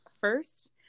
first